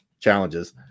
challenges